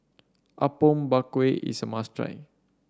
Apom Berkuah is a must try